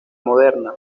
moderna